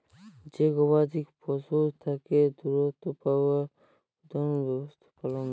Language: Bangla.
যে গবাদি পশুর থ্যাকে দুহুদ পাউয়া যায় উয়াদের ব্যবস্থাপলা